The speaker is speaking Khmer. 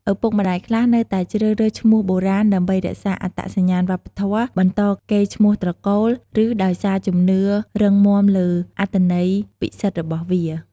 ឪពុកម្ដាយខ្លះនៅតែជ្រើសរើសឈ្មោះបុរាណដើម្បីរក្សាអត្តសញ្ញាណវប្បធម៌ បន្តកេរ្តិ៍ឈ្មោះត្រកូល ឬដោយសារជំនឿរឹងមាំលើអត្ថន័យពិសិដ្ឋរបស់វា។